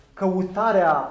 căutarea